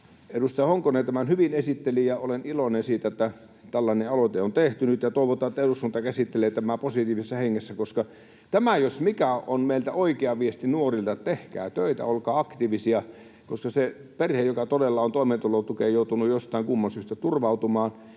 Edustaja Honkonen tämän hyvin esitteli, ja olen iloinen siitä, että tällainen aloite on tehty nyt, ja toivotaan, että eduskunta käsittelee tämän positiivisessa hengessä, koska tämä jos mikä on meiltä oikea viesti nuorille, että tehkää töitä ja olkaa aktiivisia. Ja sille perheellekin, joka todella on toimeentulotukeen joutunut jostain kumman syystä turvautumaan,